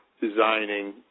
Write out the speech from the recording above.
designing